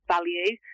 value